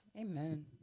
Amen